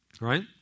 Right